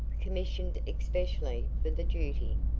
commissioned especially for the duty.